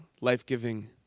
life-giving